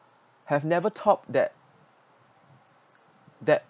have never thought that that